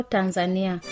Tanzania